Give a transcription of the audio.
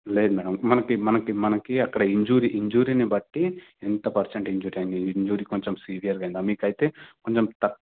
లేదు మ్యాడమ్ మనకి మనకి మనకి అక్కడ ఇంజూరీ ఇంజూరీని బట్టి ఎంత పర్సెంట్ ఇంజూర్ అయ్యింది ఇంజూరీ కొంచెం సివియర్గా అయ్యిందా మీకైతే కొంచెం తక్